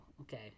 okay